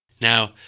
Now